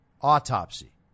autopsy